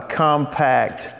compact